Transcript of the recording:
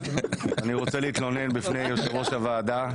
אני רוצה להתלונן בפני יושב-ראש הוועדה,